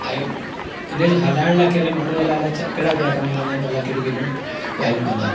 ऐं हिनजे हलाइण लाइ करे माण्हू अलाए छा कहिड़ा कहिड़ा कमु कंदा आहिनि अलाइ कहिड़ियूं कहिड़ियूं ॻाल्हियूं कंदा आहिनि